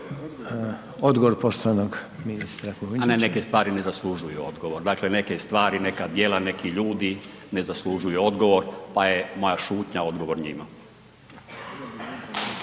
Milan (HDZ)** A ne, neke stvari ne zaslužuju odgovor. Dakle, neke stvari, neka djela, neki ljudi ne zaslužuju odgovor, pa je moja šutnja odgovor njima.